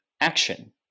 action